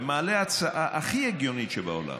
ומעלה הצעה הכי הגיונית שבעולם,